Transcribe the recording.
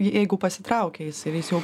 jeigu pasitraukia jisai jau